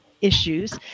issues